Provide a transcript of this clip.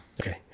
Okay